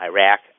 Iraq